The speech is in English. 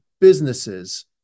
businesses